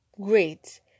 great